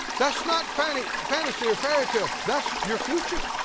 that's not fantasy fantasy or fairytale, that's your future.